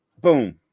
boom